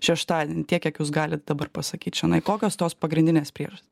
šeštadienį tiek kiek jūs galit dabar pasakyt čionai kokios tos pagrindinės priežastys